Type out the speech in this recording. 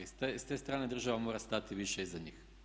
I s te strane država mora stati više iza njih.